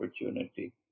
opportunity